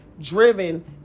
driven